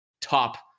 top